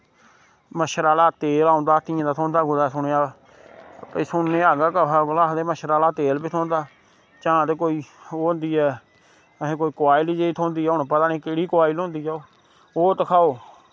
मच्छरा आह्ला तेल औंदा तियें दा थ्होंदा कुतै सुनेआ ए सुनने आं कुसै कोला आखदे मच्छरा आह्ला तेल बी थ्होंदा जां ते कोई ओह् होंदी ऐ अहें कायल जेही थ्होंदी ऐ हुन पता नी केह्ड़ी कायल होंदी ऐ ओह् ओह् धखाओ